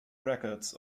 records